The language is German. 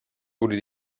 wurde